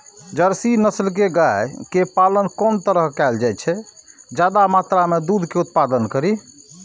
Jersey नस्ल के गाय के पालन कोन तरह कायल जाय जे ज्यादा मात्रा में दूध के उत्पादन करी?